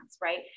right